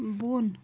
بۄن